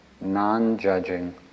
non-judging